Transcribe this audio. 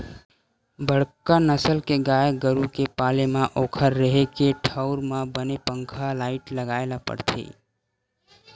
बड़का नसल के गाय गरू के पाले म ओखर रेहे के ठउर म बने पंखा, लाईट लगाए ल परथे